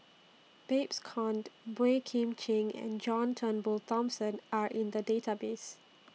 Babes Conde Boey Kim Cheng and John Turnbull Thomson Are in The Database